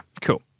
cool